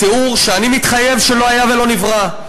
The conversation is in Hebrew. תיאור שאני מתחייב שלא היה ולא נברא.